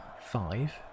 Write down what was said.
five